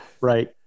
Right